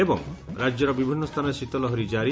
ଏବଂ ରାଜ୍ୟର ବିଭିନ୍ନ ସ୍ଥାନରେ ଶୀତ ଲହରୀ ଜାରି